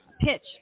pitch